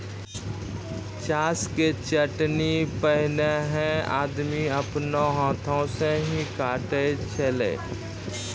चास के कटनी पैनेहे आदमी आपनो हाथै से ही काटै छेलै